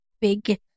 big